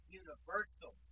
universal